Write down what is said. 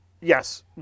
Yes